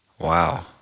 Wow